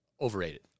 overrated